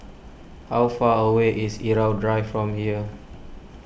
how far away is Irau Drive from here